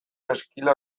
ezkila